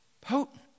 Potent